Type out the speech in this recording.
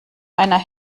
einer